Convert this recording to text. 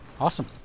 awesome